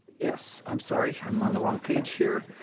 yes, i'm sorry, i'm on the wrong page here.